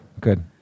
good